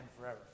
forever